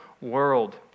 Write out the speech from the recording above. world